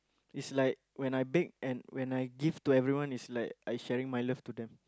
is like when I bake and when I give to everyone is like I sharing my love to them